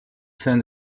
sein